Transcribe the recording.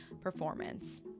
performance